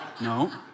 No